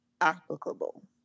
applicable